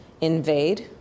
invade